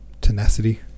tenacity